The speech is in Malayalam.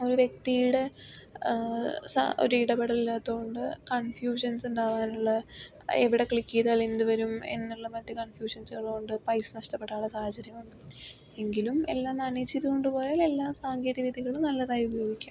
ഒരു വ്യക്തിയുടെ സ ഒരു ഇടപെടലില്ലാത്തതുകൊണ്ട് കൺഫ്യൂഷൻസ് ഉണ്ടാകാനുള്ള എവിടെ ക്ലിക്ക് ചെയ്താൽ എന്തുവരും എന്നുള്ള മറ്റ് കൺഫ്യൂഷൻസ് ഉള്ളതുകൊണ്ട് പൈസ നഷ്ടപെടാനുള്ള സാഹചര്യമുണ്ട് എങ്കിലും എല്ലാം മാനേജ് ചെയ്തുകൊണ്ട് പോയാൽ എല്ലാ സാങ്കേതിക വിദ്യകളും നല്ലതായി ഉപയോഗിക്കാം